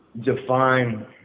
define